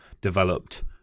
developed